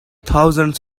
thousands